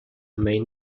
main